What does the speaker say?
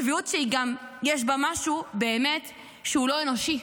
זו צביעות שגם יש בה משהו שהוא לא אנושי.